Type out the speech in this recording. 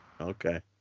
Okay